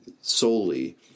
solely